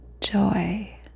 joy